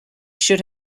should